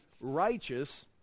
righteous